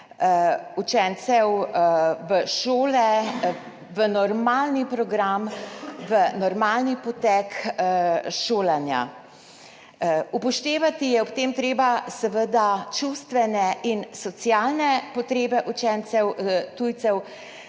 vključevanje v šole, v normalni program, v normalni potek šolanja. Upoštevati je ob tem treba čustvene in socialne potrebe učencev tujcev,